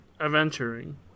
adventuring